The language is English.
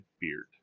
beard